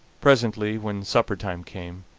presently, when supper-time came,